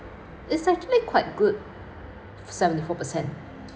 it's actually quite good seventy four percent